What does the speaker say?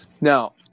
Now